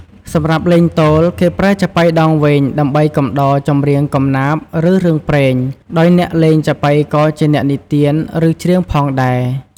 សម្រាប់លេងទោល គេប្រើចាប៉ីដងវែងដើម្បី កំដរចម្រៀងកំណាព្យ ឬរឿងព្រេង ដោយអ្នកលេងចាប៉ីក៏ជាអ្នកនិទាន ឬច្រៀងផងដែរ។